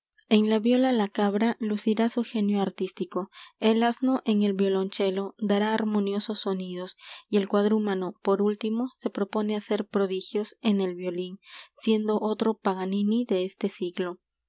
en la viola la cabra lucirá su genio artístico el asno en el violoncello dará armoniosos sonidos y el cuadrumano por último se propone hacer prodigios en el violín siendo otro paganini de este siglo